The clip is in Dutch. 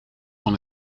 van